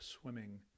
swimming